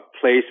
place